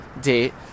date